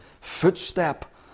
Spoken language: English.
footstep